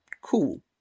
Cool